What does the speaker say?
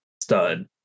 stud